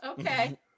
okay